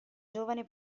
giovane